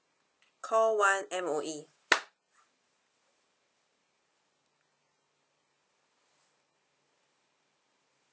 call one M_O_E